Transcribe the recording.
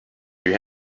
you